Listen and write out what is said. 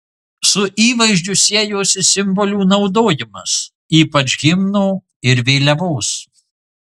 su įvaizdžiu siejosi simbolių naudojimas ypač himno ir vėliavos